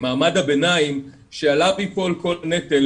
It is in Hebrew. מעמד הביניים שעליו ייפול כל הנטל,